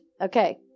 Okay